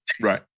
Right